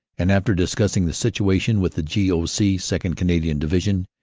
and after discussing the situation with the g. o. c, second. canadian division,